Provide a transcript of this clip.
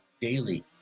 daily